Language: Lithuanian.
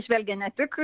žvelgia ne tik